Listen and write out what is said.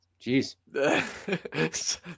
Jeez